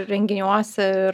renginiuose ir